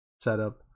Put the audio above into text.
setup